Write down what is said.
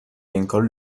اینکار